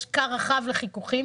יש כר רחב לחיכוכים